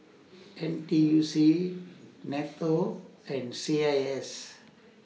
N T U C NATO and C I S